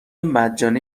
مجانی